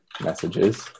messages